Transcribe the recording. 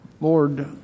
Lord